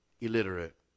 illiterate